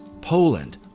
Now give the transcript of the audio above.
Poland